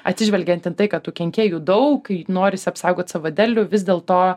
atsižvelgiant į tai kad tų kenkėjų daug į norisi apsaugot savo derlių vis dėlto